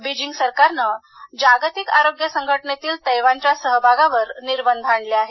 Beijing सरकारने जागतिक आरोग्य संघटनेतील तैवानच्या सहभागावर निर्बंध आणले आहेत